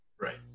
Right